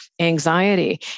anxiety